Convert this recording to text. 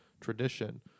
tradition